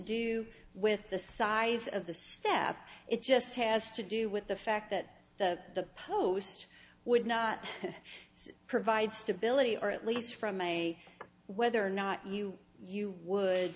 do with the size of the stab it just has to do with the fact that the post would not provide stability or at least from my whether or not you you would